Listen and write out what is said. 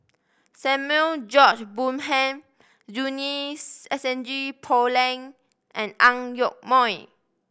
Samuel George Bonham Junie Sng S N G Poh Leng and Ang Yoke Mooi